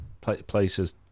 places